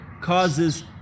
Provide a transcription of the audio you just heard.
causes